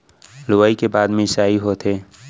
लुवई के बाद मिंसाई होथे